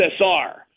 USSR